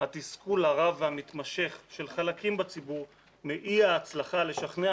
התסכול הרב והמתמשך של חלקים בציבור מאי ההצלחה לשכנע